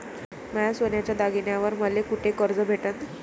माया सोन्याच्या दागिन्यांइवर मले कुठे कर्ज भेटन?